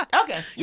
Okay